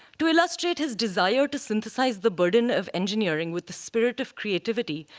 to illustrate his desire to synthesize the burden of engineering with the spirit of creativity,